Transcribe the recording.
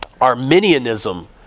Arminianism